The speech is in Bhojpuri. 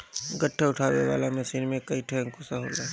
गट्ठर उठावे वाला मशीन में कईठे अंकुशा होला